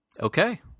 Okay